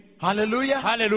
Hallelujah